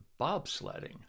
bobsledding